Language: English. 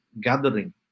gathering